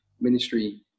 ministry